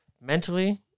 mentally